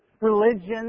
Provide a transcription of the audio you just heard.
Religion